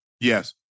Yes